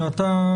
שאתה,